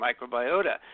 microbiota